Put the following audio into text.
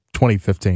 2015